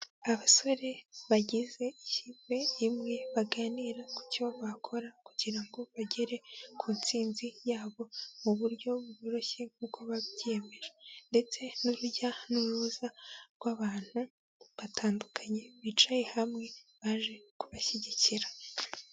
Abasore bagize ikipe imwe baganira ku cyo bakora kugira ngo bagere ku ntsinzi yabo mu buryo bworoshye nk'uko babyimeje, ndetse ni urujya n'uruza rw'abantu batandukanye bicaye hamwe baje kubashyigikira.